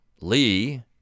Lee